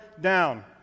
down